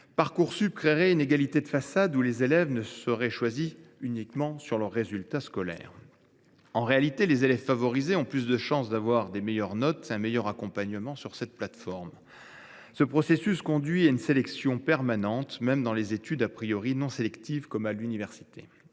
Parcoursup créerait une égalité de façade, et les élèves seraient choisis uniquement en fonction de leurs résultats scolaires. En réalité, les élèves favorisés ont plus de chances d’avoir de meilleures notes et de bénéficier d’un meilleur accompagnement sur la plateforme. Le processus conduit à une sélection permanente, même dans les études non sélectives comme les